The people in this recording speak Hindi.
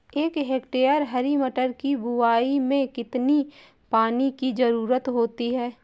एक हेक्टेयर हरी मटर की बुवाई में कितनी पानी की ज़रुरत होती है?